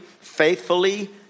faithfully